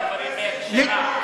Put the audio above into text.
אתה רק מוציא את הדברים מהקשרם.